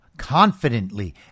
Confidently